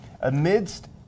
Amidst